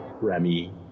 Remy